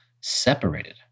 separated